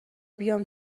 بیام